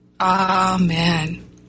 Amen